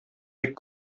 бик